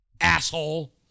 Asshole